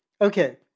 Okay